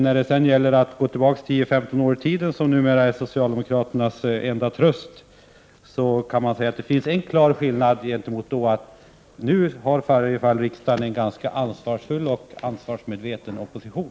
Går man tillbaka 10-15 år i tiden, vilket numera är det enda sättet för socialdemokraterna att finna tröst, kan man säga att det finns en klar skillnad, nämligen att nu har riksdagen i varjefall en ganska ansvarsfull och ansvarsmedveten opposition.